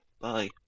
Bye